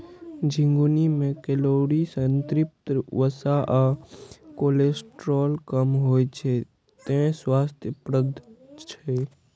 झिंगुनी मे कैलोरी, संतृप्त वसा आ कोलेस्ट्रॉल कम होइ छै, तें स्वास्थ्यप्रद छै